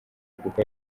kuki